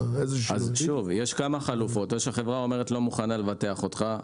23 חברות הביטוח ישקלו את ההצעה שלי,